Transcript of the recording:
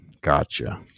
Gotcha